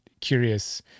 curious